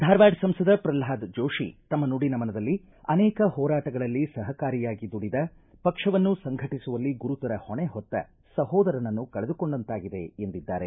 ಧಾರವಾಡ ಸಂಸದ ಪ್ರಲ್ವಾದ ಜೋಶಿ ತಮ್ನ ನುಡಿ ನಮನದಲ್ಲಿ ಅನೇಕ ಹೋರಾಟಗಳಲ್ಲಿ ಸಹಕಾರಿಯಾಗಿ ದುಡಿದ ಪಕ್ಷವನ್ನು ಸಂಘಟಿಸುವಲ್ಲಿ ಗುರುತರ ಹೊಣೆ ಹೊತ್ತ ಸಹೋದರನನ್ನು ಕಳೆದುಕೊಂಡಂತಾಗಿದೆ ಎಂದಿದ್ದಾರೆ